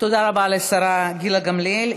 תודה רבה לשרה גילה גמליאל.